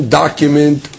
document